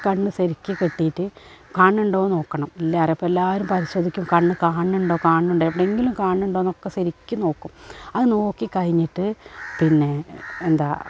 കണ്ണു ശരിക്കു കെട്ടിയിട്ടു കാണണുണ്ടോയെന്നു നോക്കണം ഇല്ലാരപ്പം എല്ലാവരും പരിശോധിക്കും കണ്ണു കാണണുണ്ടോ കാണണുണ്ടോ എവിടെയെങ്കിലും കാണണുണ്ടോയെന്നൊക്കെ ശരിക്ക് നോക്കും അത് നോക്കി കഴിഞ്ഞിട്ട് പിന്നെ എന്താ